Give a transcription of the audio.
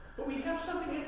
but we have something